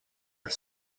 are